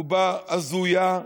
רובה הזויה.